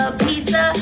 pizza